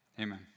Amen